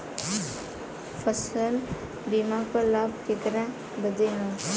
फसल बीमा क लाभ केकरे बदे ह?